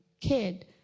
kid